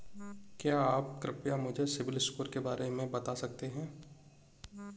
क्या आप कृपया मुझे सिबिल स्कोर के बारे में बता सकते हैं?